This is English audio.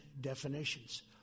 definitions